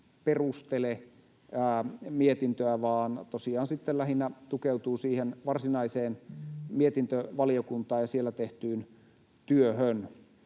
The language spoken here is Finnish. perustele mietintöä vaan tosiaan sitten lähinnä tukeutuu siihen varsinaiseen mietintövaliokuntaan ja siellä tehtyyn työhön.